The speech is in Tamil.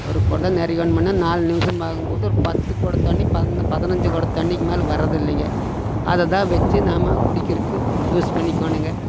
ஒரு குடம் நிறையணும்னா நாலு நிமிஷம் ஆகும்போது ஒரு பத்து குடம் தண்ணி பதி பதினைஞ்சு குடம் தண்ணிக்கு மேல் வரதில்லிங்க அதைதான் வச்சு நாம் குடிக்குதறக்கு யூஸ் பண்ணிக்கோனுங்க